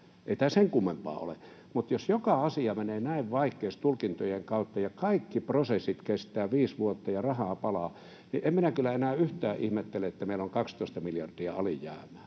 Ei tämä sen kummempaa ole. Mutta jos joka asia menee näin vaikeasti tulkintojen kautta, kaikki prosessit kestävät viisi vuotta ja rahaa palaa, niin en minä kyllä enää yhtään ihmettele, että meillä on 12 miljardia alijäämää.